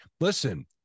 listen